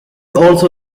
also